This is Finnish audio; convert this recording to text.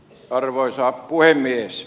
arvoisa puhemies